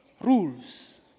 rules